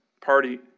Party